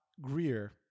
greer